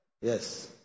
yes